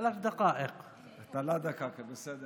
(אומר בערבית: שלוש דקות.) (אומר בערבית: שלוש דקות,) בסדר.